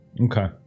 Okay